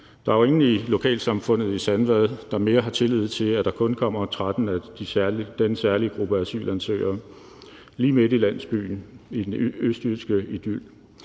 Der er jo ingen i lokalsamfundet i Sandvad, der længere har tillid til, at der kun kommer 13 af den særlige gruppe asylansøgere – lige midt i landsbyen, i den østjyske idyl.